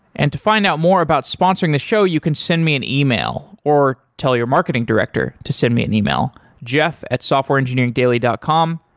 and to find out more about sponsoring the show, you can send me an ah e-mail or tell your marketing director to send me an e-mail jeff at softwareengineeringdaily dot com.